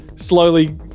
slowly